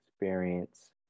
experience